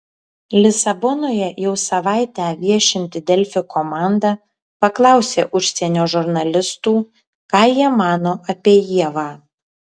lisabonoje jau savaitę viešinti delfi komanda paklausė užsienio žurnalistų ką jie mano apie ievą